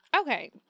Okay